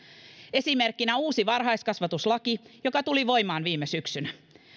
esimerkkinä uusi varhaiskasvatuslaki joka tuli voimaan viime syksynä